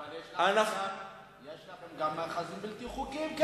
אבל יש לכם גם מאחזים בלתי חוקיים.